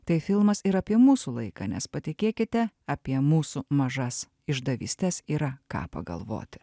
tai filmas ir apie mūsų laiką nes patikėkite apie mūsų mažas išdavystes yra ką pagalvoti